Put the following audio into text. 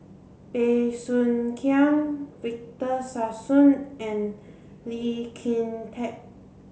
Bey Soo Khiang Victor Sassoon and Lee Kin Tat